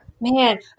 man